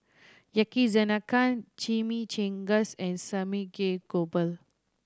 Yakizakana Chimichangas and Samgeyopsal